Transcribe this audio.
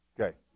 Okay